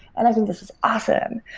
and i think this is awesome.